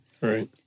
right